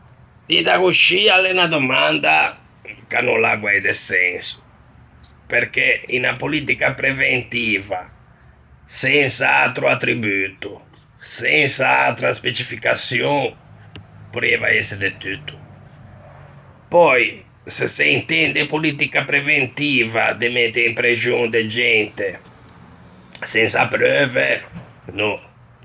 Dita coscì, a l'é unna domanda ch'a no gh'à guæi de senso, perché unna politica preventiva sensa atro attributo, sensa atra specificaçion, porrieiva ëse de tutto. Pöi se se intende politica preventiva de mette in prexon de gente sensa preuve, no...